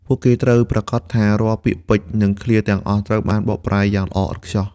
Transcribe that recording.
ពួកគេត្រូវប្រាកដថា រាល់ពាក្យពេចន៍ និងឃ្លាទាំងអស់ត្រូវបានបកប្រែបានយ៉ាងល្អឥតខ្ចោះ។